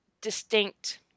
distinct